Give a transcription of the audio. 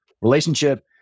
relationship